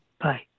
Bye